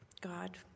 God